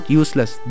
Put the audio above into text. useless